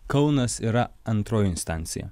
kaunas yra antroji instancija